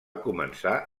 començar